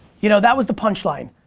you know that was the punchline,